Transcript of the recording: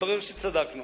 והתברר שצדקנו.